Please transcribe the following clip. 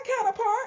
counterpart